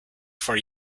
for